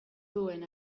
duen